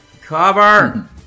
cover